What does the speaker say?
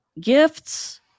gifts